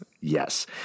Yes